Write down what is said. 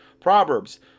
Proverbs